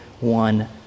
one